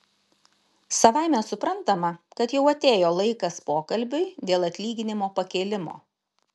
savaime suprantama kad jau atėjo laikas pokalbiui dėl atlyginimo pakėlimo